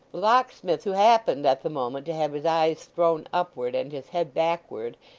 locksmith, who happened at the moment to have his eyes thrown upward and his head backward,